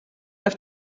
auf